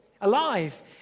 alive